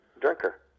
Drinker